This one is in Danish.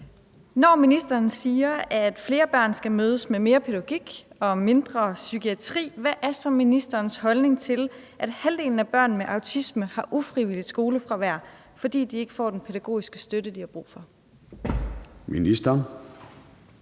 Når ministeren siger, at flere børn skal mødes med mere pædagogik og mindre psykiatri, hvad er så ministerens holdning til, at halvdelen af børn med autisme har ufrivilligt skolefravær, fordi de ikke får den pædagogiske støtte, de har brug for? Kl.